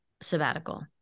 sabbatical